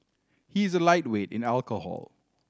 he is a lightweight in alcohol